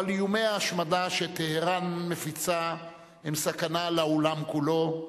אבל איומי ההשמדה שטהרן מפיצה הם סכנה לעולם כולו,